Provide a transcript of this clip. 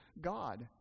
God